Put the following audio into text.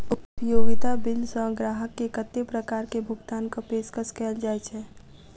उपयोगिता बिल सऽ ग्राहक केँ कत्ते प्रकार केँ भुगतान कऽ पेशकश कैल जाय छै?